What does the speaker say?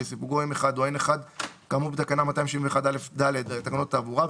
שסיווגו M1 או N1 כאמור בתקנה 271א(ד) לתקנות התעבורה,